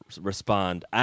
respond